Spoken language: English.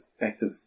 active